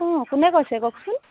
অঁ কোনে কৈছে কওকচোন